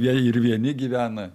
jie ir vieni gyvena